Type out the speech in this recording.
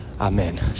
Amen